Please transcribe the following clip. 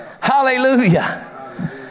hallelujah